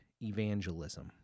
evangelism